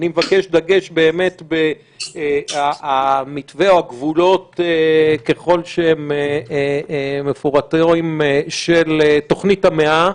אני מבקש דגש במתווה או בגבולות ככל שהם מפורטים של תוכנית המאה.